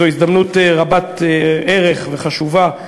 זאת הזדמנות רבת-ערך וחשובה,